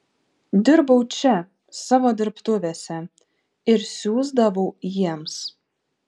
dirbau čia savo dirbtuvėse ir siųsdavau jiems